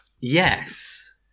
Yes